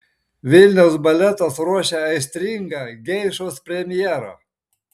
vilniaus baletas ruošia aistringą geišos premjerą